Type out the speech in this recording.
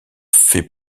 fait